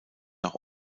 nach